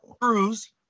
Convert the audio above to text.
Cruise